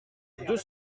deux